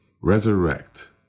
resurrect